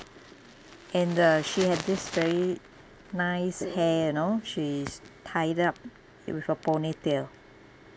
and uh she had this very nice hair you know she's tied up with a ponytail